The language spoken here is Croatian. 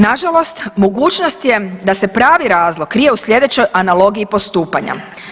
Nažalost mogućnost je da se pravi razlog krije u slijedećoj analogiji postupanja.